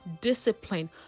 discipline